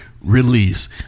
Release